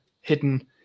hidden